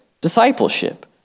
discipleship